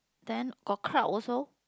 then got crowd also